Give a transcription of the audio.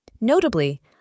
Notably